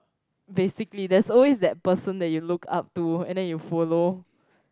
basically there is always that person that you look up to and then you follow